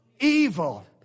Evil